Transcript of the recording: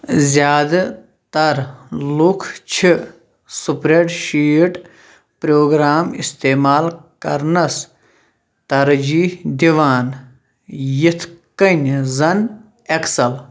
زِیٛادٕ تر لُکھ چھِ سپریڈشیٹ پروگرام استعمال کرنس تَرجی دِوان یِتھ کٔنۍ زن ایکسل